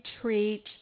treat